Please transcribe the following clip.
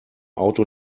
auto